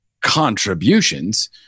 contributions